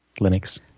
Linux